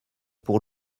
pour